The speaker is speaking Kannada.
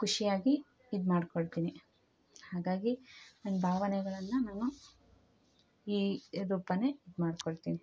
ಖುಷಿಯಾಗಿ ಇದು ಮಾಡಿಕೊಳ್ತಿನಿ ಹಾಗಾಗಿ ನನ್ನ ಭಾವನೆಗಳನ್ನ ನಾನು ಈ ರೂಪ ಮಾಡಿಕೊಳ್ತಿನಿ